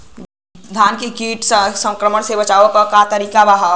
धान के कीट संक्रमण से बचावे क का तरीका ह?